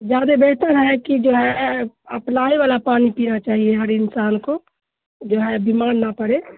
زیادہ بہتر ہے کہ جو ہے اپلائی والا پانی پینا چاہیے ہر انسان کو جو ہے بیمار نہ پڑے